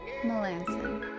Melanson